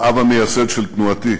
האב המייסד של תנועתי.